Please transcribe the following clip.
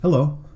Hello